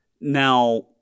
Now –